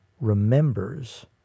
remembers